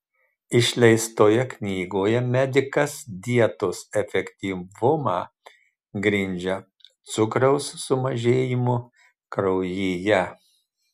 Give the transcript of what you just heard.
išleistoje knygoje medikas dietos efektyvumą grindžia cukraus sumažėjimu kraujyje